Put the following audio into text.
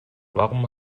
warum